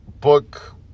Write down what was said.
book